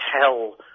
tell